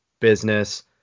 business